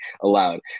allowed